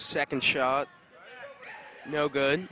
second shot no good